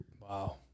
Wow